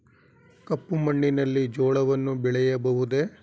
ಕಪ್ಪು ಮಣ್ಣಿನಲ್ಲಿ ಜೋಳವನ್ನು ಬೆಳೆಯಬಹುದೇ?